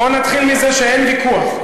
בואו נתחיל מזה שאין ויכוח.